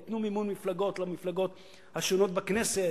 ייתנו מימון מפלגות למפלגות השונות בכנסת.